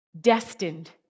destined